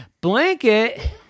Blanket